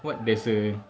what there's a